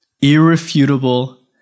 irrefutable